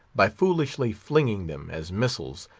by foolishly flinging them, as missiles,